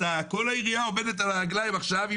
כל העירייה עומדת על הרגליים עכשיו אם